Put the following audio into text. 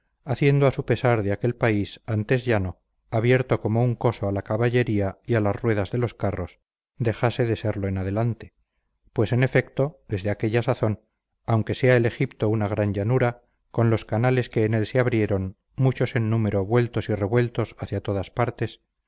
haciendo a su pesar que aquel país antes llano abierto como un coso a la caballería y a las ruedas de los carros dejase de serlo en adelante pues en efecto desde aquella sazón aunque sea el egipto una gran llanura con los canales que en él se abrieron muchos en número vueltos y revueltos hacia todas partes